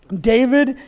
David